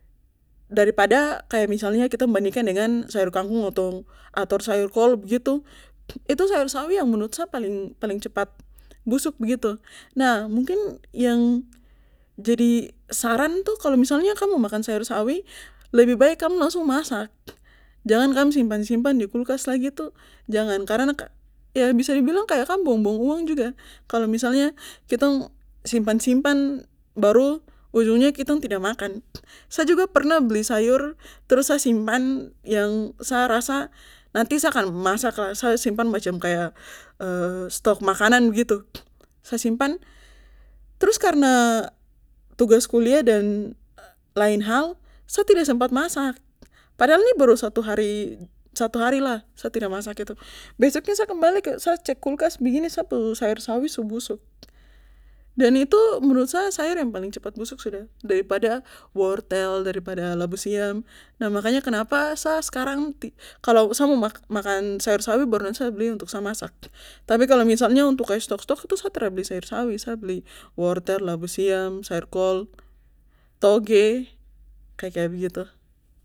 Dari pada kaya misalnya kita bandingkan dengan sayur kangkung atau atau sayur kol begitu itu sayur sawi yang menurut sa paling paling cepat busuk begitu nah mungkin yang jadi saran tuh kalo misalnya kam mo makan sayur sawi lebih baik kam langsung masak jangan kam simpan simpan dikulkas lagi tuh jangan karena bisa di bilang kam buang buang uang juga kalo misalnya kitong simpan simpan baru unjungnya kitong tidak makan sa juga pernah beli sayur trus sa simpan yang sa rasa nanti sa akan masak kah nanti sa simpan macam kaya stok makanan begitu sa simpan trus karna tugas kuliah dan lain hal sa tidak sempat masak padahal ini baru satu hari satu harilah sa tidak masak itu besok tuh sa kembali sa cek kulkas begini sa pu sayur sawi su busuk dan itu menurut sa sayur yang paling cepat busuk sudah daripada wortel daripada labu siam nah makanya kenapa sa sekarang ti kalo sa mo makan sayur sawi baru nanti sa beli untuk sa masak tapi kalo misalnya untuk stok stok itu sa tra beli sayur sawi sa beli wortel labu siam, sayur kol, tauge kaya kaya begitu